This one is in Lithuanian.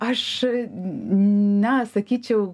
aš ne sakyčiau